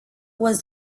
was